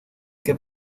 que